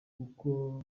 kuko